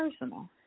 personal